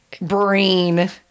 brain